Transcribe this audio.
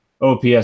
OPS